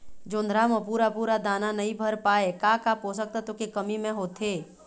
जोंधरा म पूरा पूरा दाना नई भर पाए का का पोषक तत्व के कमी मे होथे?